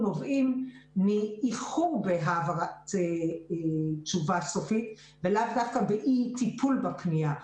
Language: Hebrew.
נובעות מאיחור בהעברת תשובה סופית ולאו דווקא בגלל אי טיפול בפנייה,